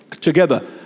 together